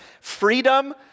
Freedom